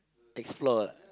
explore ah